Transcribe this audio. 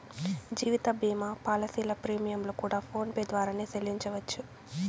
జీవిత భీమా పాలసీల ప్రీమియంలు కూడా ఫోన్ పే ద్వారానే సెల్లించవచ్చు